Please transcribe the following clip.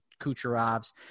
Kucherovs